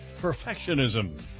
perfectionism